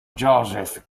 joseph